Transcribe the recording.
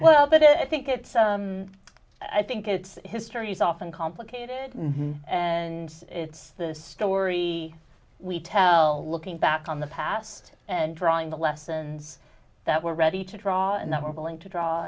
well but it think it's i think it's history is often complicated and it's the story we tell looking back on the past and drawing the lessons that we're ready to draw and that we're going to draw